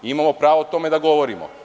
Imamo pravo o tome da govorimo.